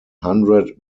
hundred